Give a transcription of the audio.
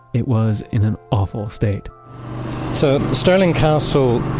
it was in an awful state so, stirling castle,